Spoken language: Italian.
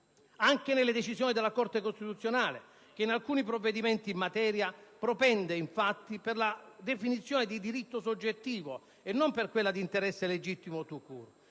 anche nelle decisioni della Corte costituzionale, che in alcuni provvedimenti in materia propende infatti per la qualificazione di diritto soggettivo e non per quella di interesse legittimo *tout court*,